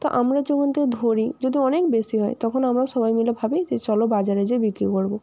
তো আমরা যেমনটা ধরি যদি অনেক বেশি হয় তখন আমরা সবাই মিলে ভাবি যে চলো বাজারে যাই বিক্রি করবো